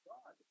God